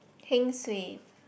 heng suay